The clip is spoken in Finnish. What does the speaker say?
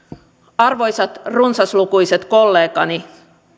arvoisat runsaslukuiset kollegani